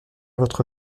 votre